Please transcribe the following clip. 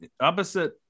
opposite –